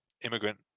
immigrant